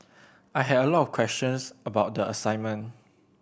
I had a lot of questions about the assignment